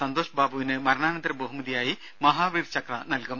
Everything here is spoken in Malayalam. സന്തോഷ് ബാബുവിന് മരണാനന്തര ബഹുമതിയായി മഹവീർ ചക്ര നൽകും